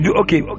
okay